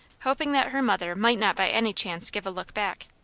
hoping that her mother might not by any chance give a look back.